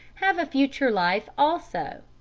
have a future life also.